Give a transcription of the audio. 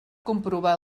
comprovar